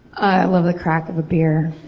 i love the crack of a beer.